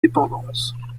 dépendances